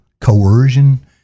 coercion